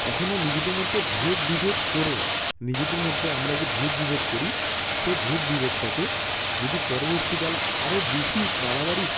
কখনো নিজেদের মধ্যে ভেদ বিভেদ করে নিজেদের মধ্যে আমরা যে ভেদ বিভেদ করি সে ভেদ বিভেদটাকে যদি পরবর্তীকাল আরও বেশি বারাবারি